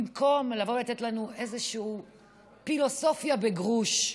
במקום לבוא ולתת לנו איזושהי פילוסופיה בגרוש,